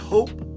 Hope